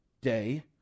day